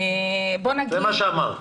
זה מה שאמרת.